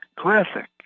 classic